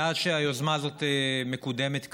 מאז שהיוזמה הזאת מקודמת כאן,